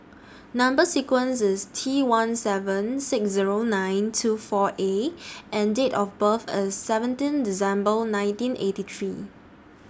Number sequence IS T one seven six Zero nine two four A and Date of birth IS seventeen December nineteen eighty three